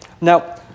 Now